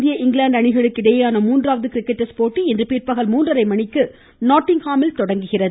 இந்திய இங்கிலாந்து அணிகளுக்கு இடையேயான மூன்றாவது கிரிக்கெட் டெஸ்ட் போட்டி இன்று பிற்பகல் மூன்றரை மணிக்கு நாட்டிங்ஹாமில் தொடங்குகிறது